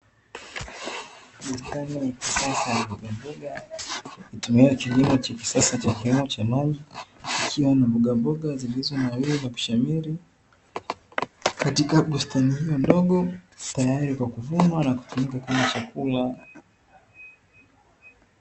Bustani ya kisasa ya mbogambga itumiayo kilimo chakisasa cha kilimo cha maji ikiwa na mbogamboga zilizo nawiri na kushamiri katika bustani hiyo ndogo tayari kwa kuvunwa na kutumika kama chakula.